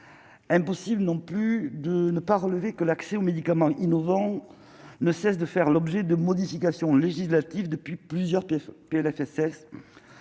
impossible non plus de ne pas relever que l'accès aux médicaments innovants ne cesse de faire l'objet de modifications législatives depuis plusieurs le PLFSS